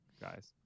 guys